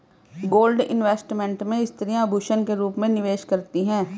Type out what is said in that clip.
gold investment में स्त्रियां आभूषण के रूप में निवेश करती हैं